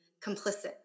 complicit